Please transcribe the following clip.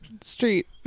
street